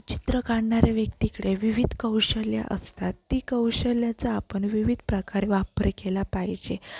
चित्र काढणाऱ्या व्यक्तीकडे विविध कौशल्यं असतात ती कौशल्याचा आपण विविध प्रकारे वापर केला पाहिजे